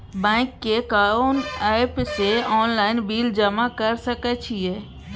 Bank के कोन app से ऑनलाइन बिल जमा कर सके छिए?